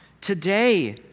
today